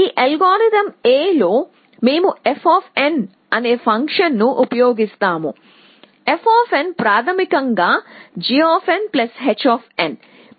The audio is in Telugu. ఈ అల్గోరిథం A లో మేము f అనే ఫంక్షన్ను ఉపయోగిస్తాము f ప్రాథమికం గా gh